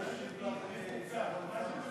מה השיב לך שר האוצר כשאמרת לו?